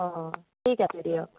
অ' ঠিক আছে দিয়ক